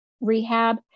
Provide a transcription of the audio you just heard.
rehab